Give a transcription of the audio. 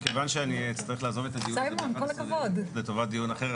מכיוון שאני אצטרך לעזוב את הדיון הזה ב-11:00 לטובת דיון אחר,